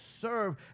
serve